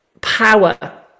power